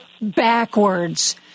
backwards